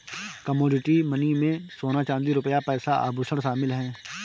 commodity money में सोना चांदी रुपया पैसा आभुषण शामिल है